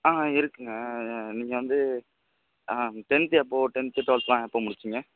ஆ இருக்குங்க நீங்கள் வந்து டென்த்து எப்போது டென்த்து டுவெல்த்லாம் எப்போது முடிச்சுங்க